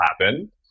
happen